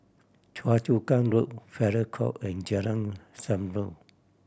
Choa Chu Kang Road Farrer Court and Jalan Zamrud